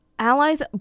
Allies